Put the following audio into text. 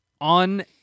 on